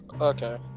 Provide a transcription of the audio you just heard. Okay